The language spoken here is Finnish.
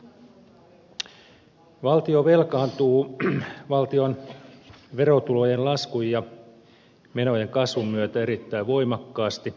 valtio velkaantuu valtion verotulojen laskun ja menojen kasvun myötä erittäin voimakkaasti